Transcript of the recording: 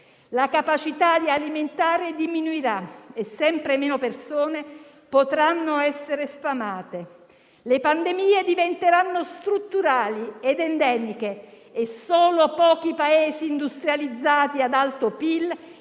La capacità di alimentare diminuirà e sempre meno persone potranno essere sfamate. Le pandemie diventeranno strutturali ed endemiche e solo pochi Paesi industrializzati ad alto PIL